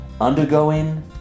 Undergoing